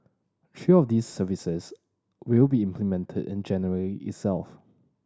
three of these services will be implemented in January itself